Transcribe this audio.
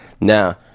Now